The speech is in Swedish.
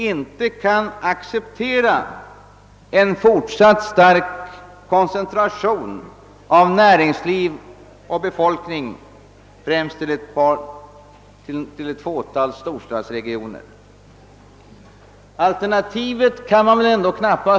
inte kan acceptera en fortsatt stark koncentration av närings Hiv och befolkning främst till ett fåtal större regioner.